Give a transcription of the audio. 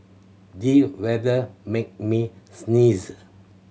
the weather made me sneeze